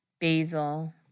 basil